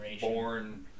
born